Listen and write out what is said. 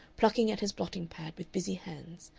plucking at his blotting-pad with busy hands.